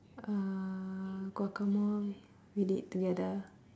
uh guacamole we did together